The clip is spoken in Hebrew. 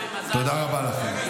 תודה רבה לכם.